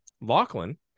Lachlan